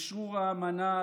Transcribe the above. אשרור האמנה,